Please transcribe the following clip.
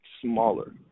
smaller